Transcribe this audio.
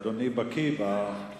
בהצעת חוק, ואדוני בקי בתקנון.